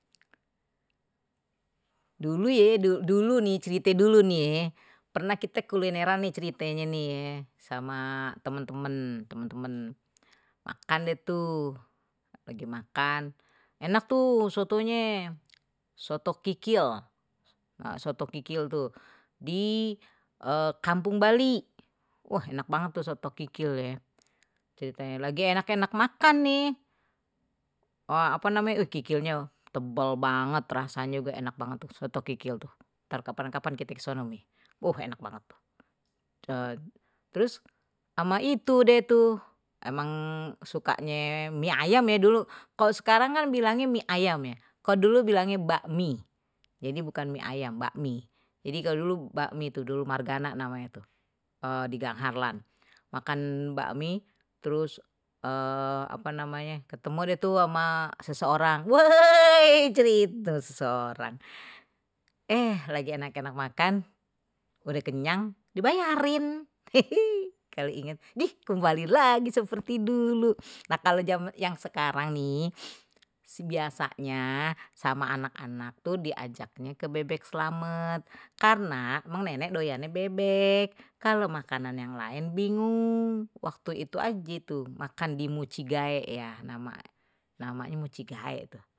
Dulu ya dulu nih cerite dulu nih pernah kita kulineran nih ceritanye nih ye sama temen temen temen temen, makan deh tu lagi makan enak tuh sotonye soto kikil, soto kikil tuh di kampung bali wah enak banget tu soto kikil, ceritanye. lagi enak enak makan nih, apa namanya kikilnye tebel banget rasanya juga enak banget tuh soto kikil tuh entar kapan-kapan kite kesono mi, woh enak banget terus ama itu dia tuh emang sukanya mie ayam ya dulu kalau sekarang kan bilangnya mie ayam ya kalau dulu bilangnya bakmi jadi bukan mie ayam bakmi jadi kalau dulu bakmi itu dulu margana namanye tu di gang harlan makan bakmi terus apa namanya ketemu deh tuh sama seseorang woi cerita eh lagi enak-enak makan udeh kenyang dibayarin kalo inget dih kembali lagi seperti dulu nah kalau yang sekarang nih biasanya sama anak-anak tuh diajaknya ke bebek slamet karena emang nenek doyannya bebek kalau makanan yang lain bingung waktu itu aja itu makan di mujigae ya nama namanya mujigae tu.